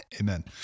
Amen